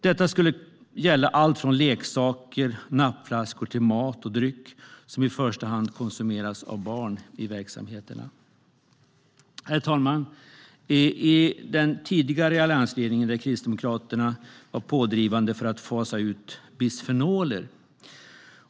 Detta skulle gälla alltifrån leksaker och nappflaskor till mat och dryck som i första hand konsumeras av barn i verksamheterna. Herr talman! I den tidigare alliansregeringen var Kristdemokraterna pådrivande för att fasa ut bisfenoler.